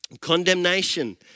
Condemnation